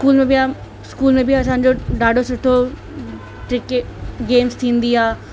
school में बि school में बि असांजो ॾाढो सुठो क्रिके गेम्स थींदी आहे